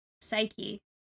psyche